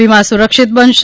વીમા સુરક્ષિત બનશે